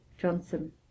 johnson